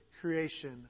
creation